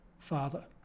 Father